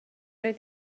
rioed